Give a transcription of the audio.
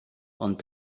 ond